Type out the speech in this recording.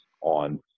on